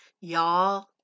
Y'all